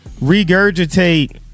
regurgitate